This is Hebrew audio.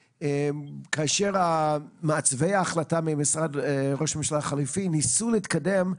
כאשר מעצבי ההחלטה ממשרד ראש הממשלה החליפי ניסו להתקדם,